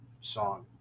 song